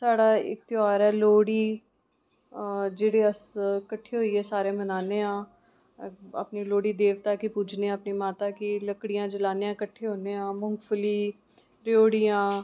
साढ़ा इक त्यौहार ऐ लोह्ड़ी जेह्ड़े अस कट्ठे होइयै सारे मनानेआं अपने लोह्ड़ी देवता गी पुज्जनेआं अपनी लोह्ड़ी माता गी लकड़ी जलानेआं कट्ठे होन्ने आं मुंगफली रेओड़ियां